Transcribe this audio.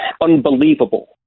unbelievable